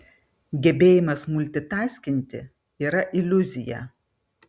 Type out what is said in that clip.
gebėjimas multitaskinti yra iliuzija